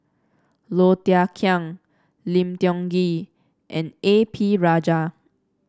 Low Thia Khiang Lim Tiong Ghee and A P Rajah